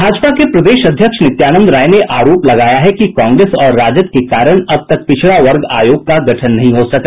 भाजपा के प्रदेश अध्यक्ष नित्यानंद राय ने आरोप लगाया है कि कांग्रेस और राजद के कारण अब तक पिछड़ा वर्ग आयोग का गठन नहीं हो सका